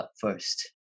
first